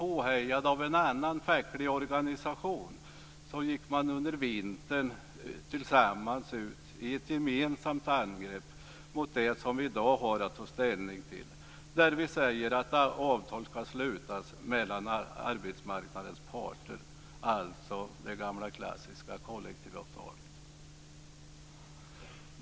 Påhejad av en annan facklig organisation gick man under vintern tillsammans ut i ett gemensamt angrepp mot den ordning som vi i dag har att ta ställning till där vi säger att avtal ska slutas mellan arbetsmarknadens parter, dvs. det gamla klassiska kollektivavtalet.